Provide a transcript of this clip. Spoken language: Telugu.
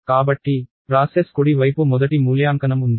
కాబట్టి ప్రాసెస్ కుడి వైపు మొదటి మూల్యాంకనం ఉంది